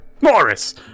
Morris